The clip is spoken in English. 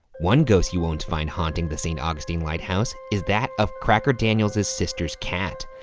one ghost you won't find haunting the st. augustine lighthouse is that of cracker daniels's sister's cat.